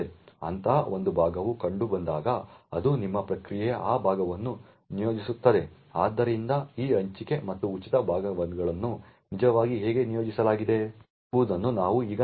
ಅಂತಹ ಒಂದು ಭಾಗವು ಕಂಡುಬಂದಾಗ ಅದು ನಿಮ್ಮ ಪ್ರಕ್ರಿಯೆಗೆ ಆ ಭಾಗವನ್ನು ನಿಯೋಜಿಸುತ್ತದೆ ಆದ್ದರಿಂದ ಈ ಹಂಚಿಕೆ ಮತ್ತು ಉಚಿತ ಭಾಗಗಳನ್ನು ನಿಜವಾಗಿ ಹೇಗೆ ಆಯೋಜಿಸಲಾಗಿದೆ ಎಂಬುದನ್ನು ನಾವು ಈಗ ನೋಡೋಣ